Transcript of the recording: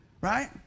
right